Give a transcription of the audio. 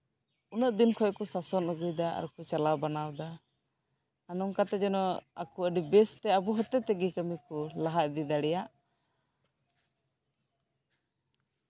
ᱟᱨ ᱱᱚᱝᱠᱟᱛᱮ ᱫᱤᱥᱚᱢ ᱩᱱᱟᱹᱜ ᱫᱤᱱ ᱠᱷᱚᱱ ᱠᱚ ᱥᱟᱥᱚᱱ ᱟᱹᱜᱩᱭᱮᱫᱟ ᱟᱨ ᱠᱚ ᱪᱟᱞᱟᱣ ᱵᱟᱱᱟᱣ ᱫᱟ ᱟᱨ ᱱᱚᱝᱠᱟ ᱜᱮ ᱡᱮᱱᱚ ᱵᱮᱨᱥᱛᱮ ᱟᱵᱚ ᱠᱷᱟᱹᱛᱤᱨ ᱛᱮᱜᱮ ᱠᱟᱹᱢᱤ ᱠᱚ ᱞᱟᱦᱟ ᱤᱫᱤ ᱫᱟᱲᱮᱭᱟᱜ